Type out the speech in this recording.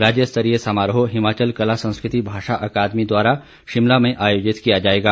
राज्य स्तरीय समारोह हिमाचल कला संस्कृति भाषा अकादमी द्वारा शिमला में आयोजित किया जाएगा